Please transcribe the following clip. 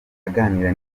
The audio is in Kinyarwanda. aganira